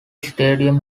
stadium